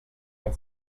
den